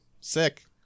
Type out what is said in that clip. sick